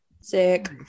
Sick